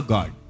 God